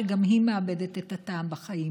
גם היא מאבדת את הטעם בחיים.